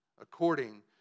according